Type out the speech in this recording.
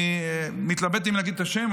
אני מתלבט אם להגיד את השם,